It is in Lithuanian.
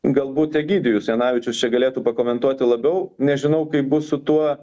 galbūt egidijus janavičius čia galėtų pakomentuoti labiau nežinau kaip bus su tuo